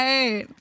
Right